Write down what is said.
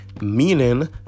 meaning